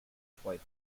destroyed